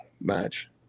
match